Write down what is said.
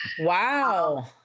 wow